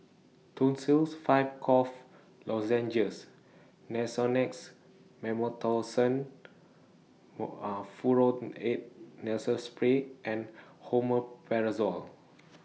Tussils five Cough Lozenges Nasonex Mometasone Furoate Nasal Spray and Omeprazole